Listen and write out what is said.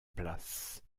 place